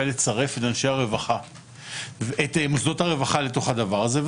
לצרף את מוסדות הרווחה לתוך הדבר הזה,